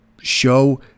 show